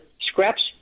scraps